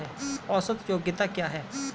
औसत उपयोगिता क्या है?